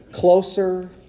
Closer